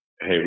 Hey